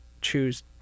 choose